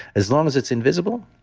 as long as it's invisible,